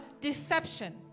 deception